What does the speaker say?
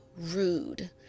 rude